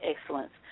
excellence